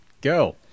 go